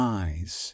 eyes